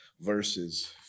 verses